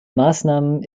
maßnahmen